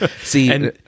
See